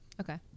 okay